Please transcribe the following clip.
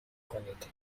کنید